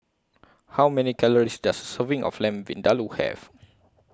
How Many Calories Does Serving of Lamb Vindaloo Have